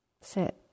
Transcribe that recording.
sit